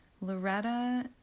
Loretta